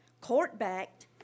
court-backed